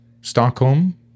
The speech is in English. Stockholm